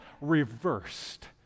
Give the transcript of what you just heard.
reversed